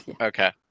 Okay